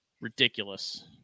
ridiculous